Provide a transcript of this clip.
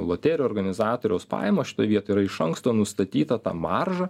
loterijų organizatoriaus pajamos šitoj vietoj yra iš anksto nustatyta ta marža